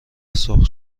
سرخ